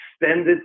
extended